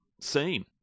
seen